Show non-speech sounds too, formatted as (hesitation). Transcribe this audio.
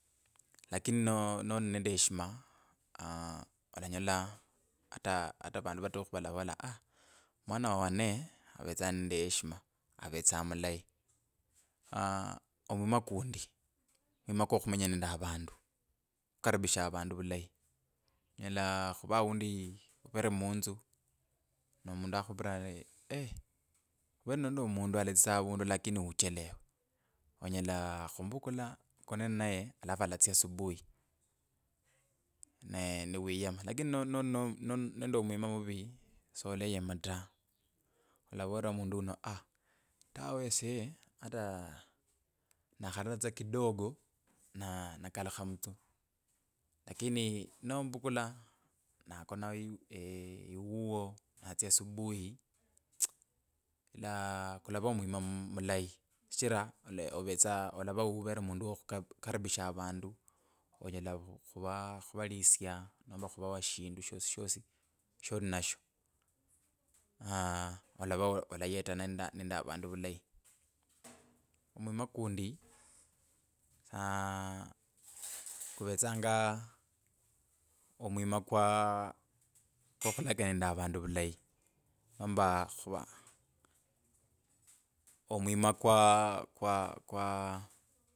Lakini no- noli nende heshima aa alanyola ata ata vandu vatukhu valavola aah mwana wa wane avetsa nende heshima, avetsa mulayi aaah omwima kundi, omwima kwo khumenya nende avandu khukaribisha avandu vulayi onyela khuva olundi uvere munzu no mundu akhupira ari (hesitation) khuvera nende omundu alatsitsa avundu lakini uchelewe onyela khumvukula okone ninaye alafu alatsya subui. Ne ni wiyema lakini no no noli nende omwima muvi soleyema ta diavolera mundu uno aaah, tawe esye ata nakhalura tsa kidogo na nakalukha mutsuli. Lakini nomuvukula na kano eiiw (hesitation) iwuwo natsyasubui tsa ila kulavaa omwima mulayi shichira ola ovetsa olava uvere mundu wo khukaribisha avandu onyela khu khuvalisya nomba khuvawa shindu shosishisi sholi ninasho. (hesitation) olava alayetena nende avandu vulayi. omwima kundi aa khuvetsanga omwima kwa kwo khulakaya nende avandu vulayi nomba khuva omwima kwa